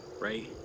right